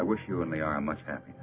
i wish you and they are much happ